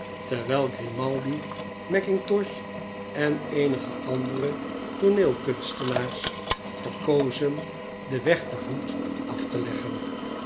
terwh'l grimaldi mackintosh en eenige andere tooneelkunstenaars verkozen den weg te voet af te leggen